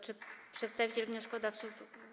Czy przedstawiciel wnioskodawców.